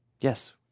yes